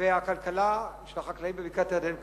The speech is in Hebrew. והכלכלה של החקלאים בבקעת-הירדן קורסת.